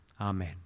Amen